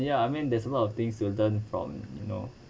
ya I mean there's a lot of things to learn from you know